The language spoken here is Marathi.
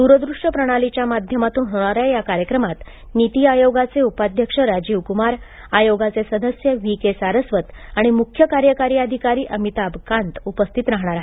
दुरदृष्य प्रणालीच्या माध्यमातून होणाऱ्या या कार्यक्रमात नीती आयोगाचे उपाध्यक्ष राजीव क्मार आयोगाचे सदस्य व्ही के सारस्वत आणि मुख्य कार्यकारी अधिकारी अमिताभ कांत उपस्थित राहणार आहेत